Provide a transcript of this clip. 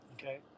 Okay